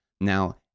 Now